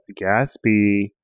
Gatsby